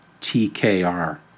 TKR